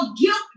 guilt